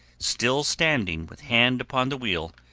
still standing with hand upon the wheel,